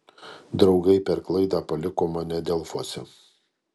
draugai per klaidą paliko mane delfuose